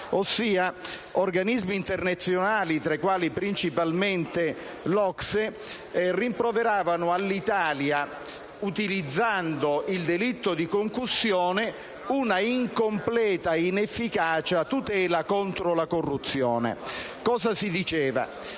ossia organismi internazionali, tra i quali principalmente l'OCSE, rimproverano all'Italia, utilizzando il delitto di concussione, un'incompleta e inefficace tutela contro la corruzione. Si diceva